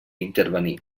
intervenir